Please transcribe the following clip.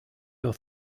your